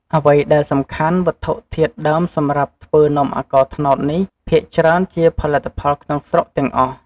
អ្វីដែលសំខាន់ វត្ថុធាតុដើមសម្រាប់ធ្វើនំអាកោត្នោតនេះ ភាគច្រើនជាផលិតផលក្នុងស្រុកទាំងអស់។